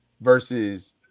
versus